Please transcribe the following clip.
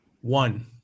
One